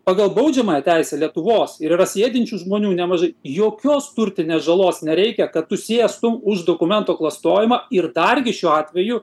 pagal baudžiamąją teisę lietuvos ir yra sėdinčių žmonių nemažai jokios turtinės žalos nereikia kad tu sėstum už dokumento klastojimą ir dargi šiuo atveju